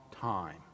time